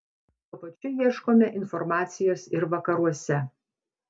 tuo pačiu ieškome informacijos ir vakaruose